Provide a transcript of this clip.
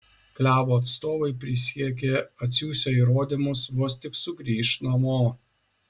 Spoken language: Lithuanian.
klevo atstovai prisiekė atsiųsią įrodymus vos tik sugrįš namo